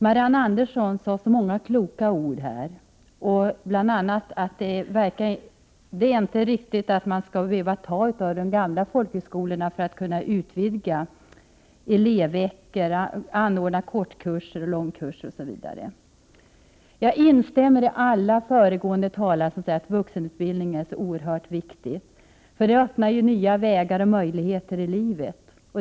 Marianne Andersson sade så många kloka ord, bl.a. att det inte är riktigt att man skall behöva ta av de gamla folkhögskolorna för att kunna utvidga elevveckor och anordna kortkurser och långkurser osv. Jag instämmer med alla föregående talare som har sagt att vuxenutbildningen är oerhört viktig. Den öppnar ju nya vägar och möjligheter i livet.